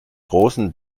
großen